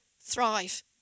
thrive